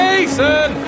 Jason